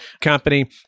company